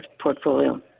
portfolio